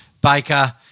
Baker